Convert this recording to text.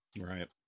right